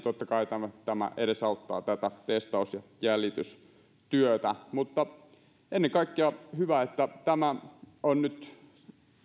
totta kai tämä edesauttaa testaus ja jäljitystyötä ennen kaikkea hyvä että tämä nyt